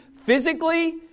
physically